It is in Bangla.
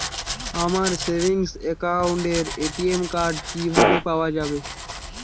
আমার সেভিংস অ্যাকাউন্টের এ.টি.এম কার্ড কিভাবে পাওয়া যাবে?